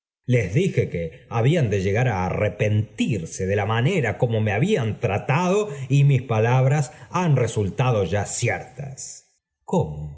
les dije que habían de llegar á arrepentirse de la manera cómo me habían tratado y mis palabras han resultado ya ciertas cómo